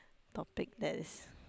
topic that is